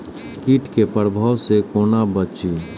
कीट के प्रभाव से कोना बचीं?